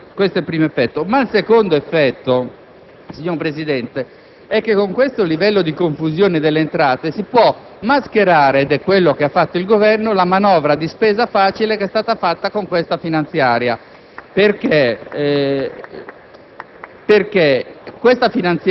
ognuno è figlio dei propri mali e questo sarà il primo effetto. Il secondo effetto, signor Presidente, è che con questo livello di confusione delle entrate si può mascherare, ed è quello che ha fatto il Governo, la manovra di spesa facile che è stata fatta con questa finanziaria perché